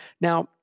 Now